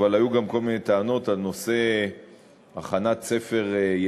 אבל היו גם כל מיני טענות על נושא הכנת ספר ילדים.